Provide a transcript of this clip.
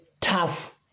tough